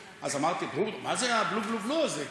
אמרתי: מה זה הבלו-בלו-בלו הזה?